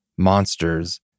monsters